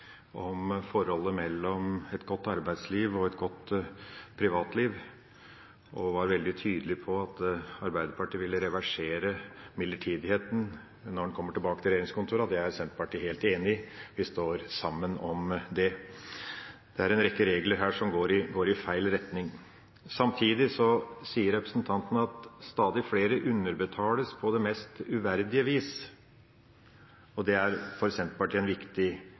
om forholdet mellom et godt arbeidsliv og et godt privatliv, og var veldig tydelig på at Arbeiderpartiet vil reversere midlertidigheten når de kommer tilbake til regjeringskontorene. Det er Senterpartiet helt enig i. Vi står sammen om det. Det er en rekke regler her som går i feil retning. Samtidig sier representanten at stadig flere underbetales på det mest uverdige vis. Det er for Senterpartiet en viktig